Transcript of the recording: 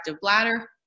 bladder